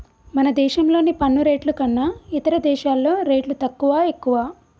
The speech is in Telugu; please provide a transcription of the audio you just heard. మన దేశంలోని పన్ను రేట్లు కన్నా ఇతర దేశాల్లో రేట్లు తక్కువా, ఎక్కువా